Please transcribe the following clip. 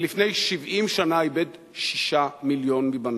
ולפני 70 שנה איבד שישה מיליון מבניו,